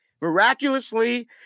miraculously